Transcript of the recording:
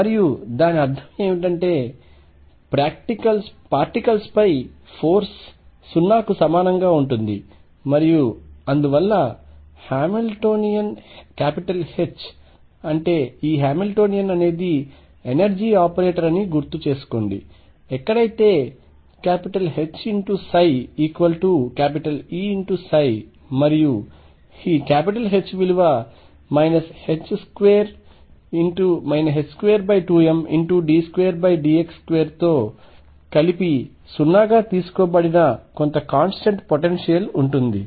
మరియు దాని అర్థం ఏమిటంటే పార్టికల్స్ పై ఫోర్స్ 0 కు సమానంగా ఉంటుంది మరియు అందువల్ల హామిల్టోనియన్ H అంటే ఈ హామిల్టోనియన్ అనేది ఎనర్జీ ఆపరేటర్ అని గుర్తుచేసుకోండి ఎక్కడైతే HψEψ మరియు H విలువ 22md2dx2 తో కలిపి 0 గా తీసుకోబడిన కొంత కాంస్టెంట్ పొటెన్షియల్ ఉంటుంది